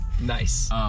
Nice